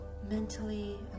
mentally